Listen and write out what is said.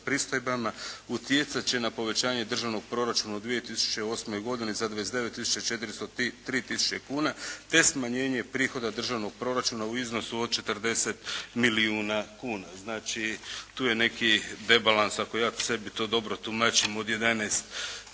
pristojbama utjecati će na povećanje Državnog proračuna u 2008. godini za 29 tisuća 403 tisuće kuna, te smanjenje prihoda državnog proračuna u iznosu od 40 milijuna kuna. Znači, tu je neki debalans ako ja to sebi dobro tumačim od 11